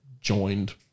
joined